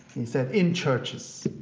said in churches.